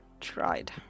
tried